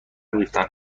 ریختن